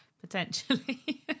Potentially